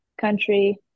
country